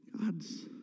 God's